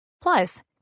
Plus